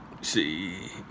see